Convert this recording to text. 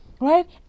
right